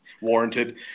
warranted